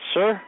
Sir